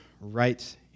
right